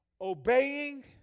obeying